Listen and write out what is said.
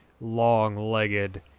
long-legged